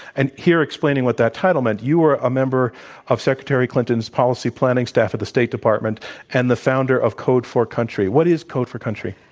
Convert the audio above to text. and here, explaining what that title meant, you were a member of secretary clinton's policy planning staff at the state department and the founder of code for country. what is code for country?